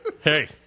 Hey